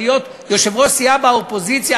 אבל להיות יושב-ראש סיעה באופוזיציה,